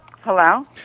Hello